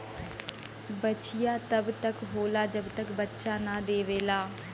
बछिया तब तक होला जब तक बच्चा न देवेला